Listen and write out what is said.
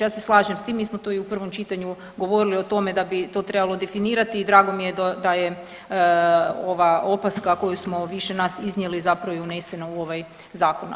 Ja se slažem s tim, mi smo to i u prvom čitanju govorili o tome da bi to trebalo definirati i drago mi je da je ova opasaka koju smo više nas iznijeli zapravo i unesena u ovaj zakon.